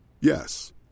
Yes